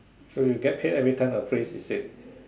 so you get paid everytime a phrase is said